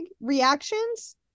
reactions